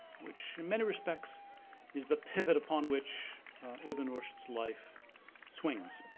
which in many respects is the pivot upon which ibn rushd's life swings.